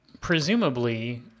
Presumably